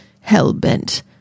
hell-bent